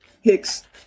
Hicks